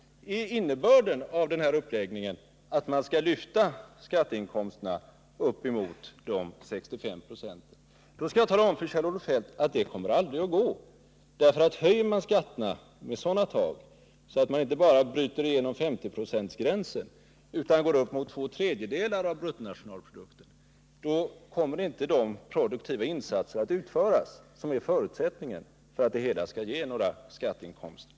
Är innebörden av den här uppläggningen att skatteinkomsterna skalllyftas upp emot de 65 procenten? I så fall skall jag tala om för Kjell-Olof Feldt att det aldrig kommer att gå. Om man höjer skatterna så, att man inte bara bryter igenom femtioprocentsgränsen utan går upp emot två tredjedelar av bruttonationalprodukten kommer inte de produktiva insatser att göras som är en förutsättning för att det skall bli några nya skatteinkomster.